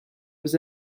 was